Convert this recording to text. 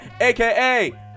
aka